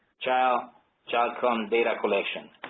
child child count data collection.